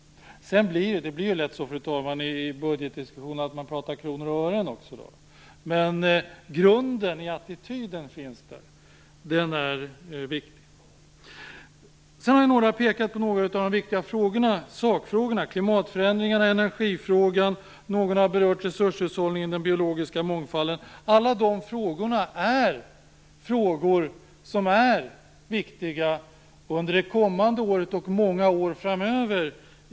I diskussioner blir det lätt så att man pratar om kronor och ören. Men grunden i attityden finns där, och den är viktig. Några har pekat på en del viktiga sakfrågor. Det gäller då klimatförändringarna och energifrågan. Någon har också berört resurshushållningen och den biologiska mångfalden. Alla de här frågorna är viktiga miljöfrågor under det kommande året och kommer att vara det under många år framöver.